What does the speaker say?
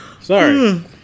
Sorry